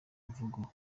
imvugo